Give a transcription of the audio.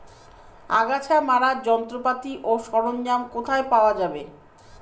আগাছা মারার যন্ত্রপাতি ও সরঞ্জাম কোথায় পাওয়া যাবে?